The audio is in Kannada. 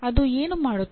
ಅದು ಏನು ಮಾಡುತ್ತದೆ